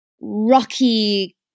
rocky